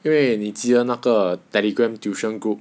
因为你记得那个 telegram tuition group